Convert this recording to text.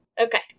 Okay